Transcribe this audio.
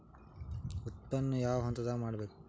ಉತ್ಪನ್ನ ಯಾವ ಹಂತದಾಗ ಮಾಡ್ಬೇಕ್?